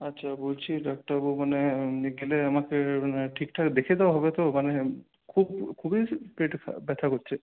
আচ্ছা বলছি ডাক্তারবাবু মানে গেলে আমাকে মানে ঠিকঠাক দেখে দেওয়া হবে তো মানে খুব খুবই পেট ব্যথা করছে